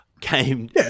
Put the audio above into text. came